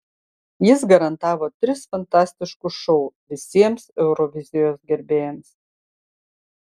jis garantavo tris fantastiškus šou visiems eurovizijos gerbėjams